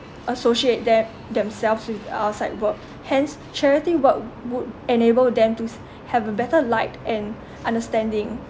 associate them~ themselves with outside work hence charity work w~ would enable them to s~ have a better light and understanding